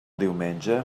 diumenge